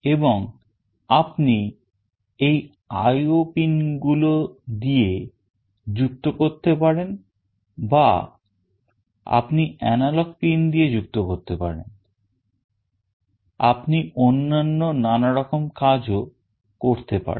এবং আপনি এই IO pin গুলো দিয়ে যুক্ত করতে পারেন বা আপনি এনালগ pin দিয়ে যুক্ত করতে পারেন আপনি অন্যান্য নানা রকম কাজও করতে পারেন